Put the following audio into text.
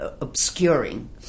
obscuring